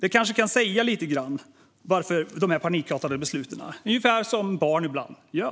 Det kanske kan säga lite grann om dessa panikartade beslut. Det är ju ungefär så barn ibland gör.